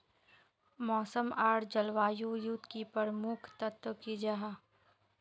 मौसम आर जलवायु युत की प्रमुख तत्व की जाहा?